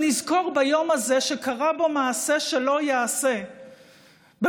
שנזכור שביום הזה קרה בו מעשה שלא ייעשה במדינת